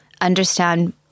understand